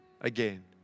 again